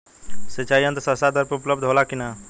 सिंचाई यंत्र सस्ता दर में उपलब्ध होला कि न?